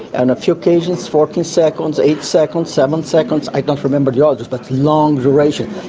and a few occasions fourteen seconds, eight seconds, seven seconds. i don't remember the ah others but long duration.